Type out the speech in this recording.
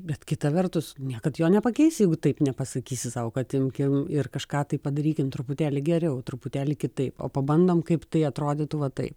bet kita vertus niekad jo nepakeisi jeigu taip nepasakysi sau kad imkim ir kažką tai padarykim truputėlį geriau truputėlį kitaip o pabandom kaip tai atrodytų va taip